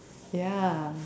ya